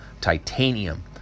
titanium